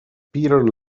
peter